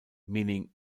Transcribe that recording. meaning